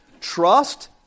trust